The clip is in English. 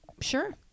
Sure